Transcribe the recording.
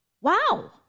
Wow